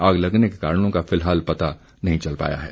आग लगने के कारणों का फिलहाल पता नहीं चल पाया है